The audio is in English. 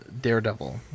Daredevil